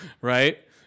right